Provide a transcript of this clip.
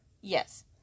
yes